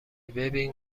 ببین